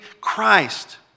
Christ